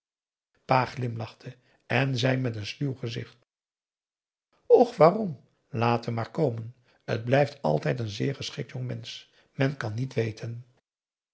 en zei met een sluw gezicht och waarom laat hem maar komen t blijft altijd n zeer geschikt jongmensch men kan niet weten